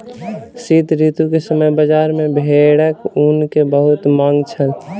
शीत ऋतू के समय बजार में भेड़क ऊन के बहुत मांग छल